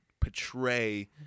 Portray